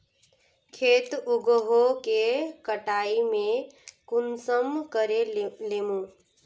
खेत उगोहो के कटाई में कुंसम करे लेमु?